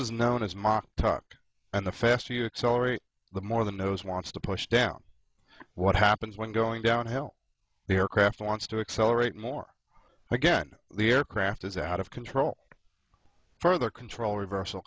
is known as mach tuck and the faster you accelerate the more the nose wants to push down what happens when going downhill the aircraft wants to accelerate more again the aircraft is out of control further control reversal